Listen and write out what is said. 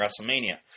WrestleMania